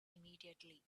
immediately